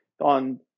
on